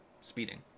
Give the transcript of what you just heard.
speeding